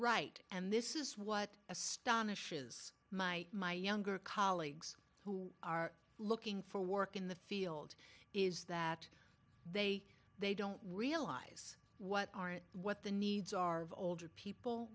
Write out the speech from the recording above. right and this is what astonishes my my younger colleagues who are looking for work in the field is that they they don't realize what are and what the needs are older people